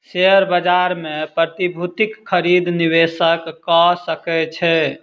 share बाजार मे प्रतिभूतिक खरीद निवेशक कअ सकै छै